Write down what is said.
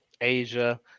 Asia